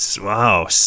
Wow